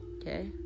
Okay